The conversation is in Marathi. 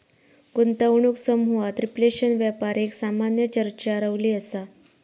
गुंतवणूक समुहात रिफ्लेशन व्यापार एक सामान्य चर्चा रवली असा